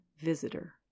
Visitor